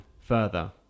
further